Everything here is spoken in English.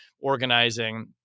organizing